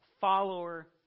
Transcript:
follower